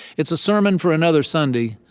it's a sermon for another sunday.